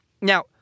Now